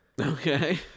okay